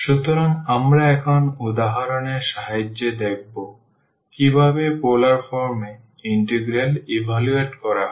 সুতরাং আমরা এখন উদাহরণের সাহায্যে দেখব কীভাবে পোলার ফর্ম এ ইন্টিগ্রাল ইভালুয়েট করা যায়